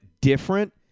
different